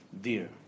dear